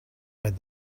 read